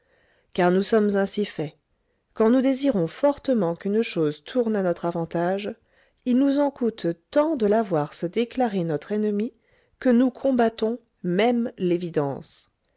car nous sommes ainsi faits quand nous désirons fortement qu'une chose tourne à notre avantage il nous en coûte tant de la voir se déclarer notre ennemie que nous combattons même l'évidence